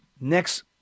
next